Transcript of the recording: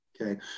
okay